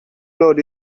blurred